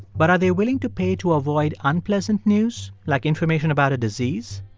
but are they willing to pay to avoid unpleasant news, like information about a disease?